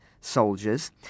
soldiers